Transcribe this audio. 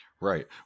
Right